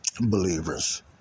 believers